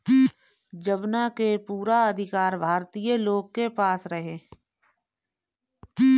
जवना के पूरा अधिकार भारतीय लोग के पास रहे